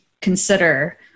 consider